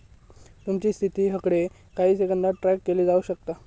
तुमची स्थिती हकडे काही सेकंदात ट्रॅक केली जाऊ शकता